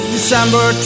December